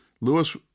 Lewis